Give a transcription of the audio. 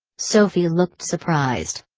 sophie looked surprised.